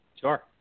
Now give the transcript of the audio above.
Sure